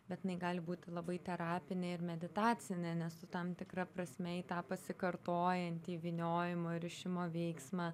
bet jinai gali būti labai terapinė ir meditacinė nes tu tam tikra prasme į tą pasikartojantį vyniojimo ir rišimo veiksmą